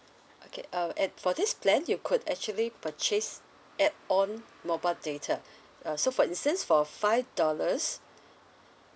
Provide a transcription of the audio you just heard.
okay uh at for this plans you could actually purchase add on mobile data uh so for instance for five dollars